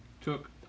took